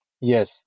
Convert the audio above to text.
yes